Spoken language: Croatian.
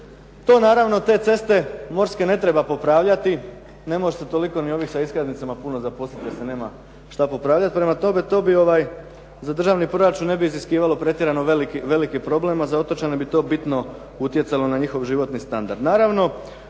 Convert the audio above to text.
To naravno te ceste morske ne treba popravljati, ne može se niti toliko ni ovih sa iskaznicama toliko zaposliti jer se nema šta popravljati. Prema tome, to za državni proračun ne bi iziskivalo pretjerano veliki problem a za otočane bi to bitno utjecalo na njihov životni standard.